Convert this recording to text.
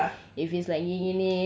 if it's for yourself macam